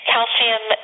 Calcium